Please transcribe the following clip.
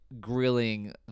grilling